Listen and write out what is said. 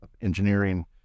engineering